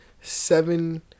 seven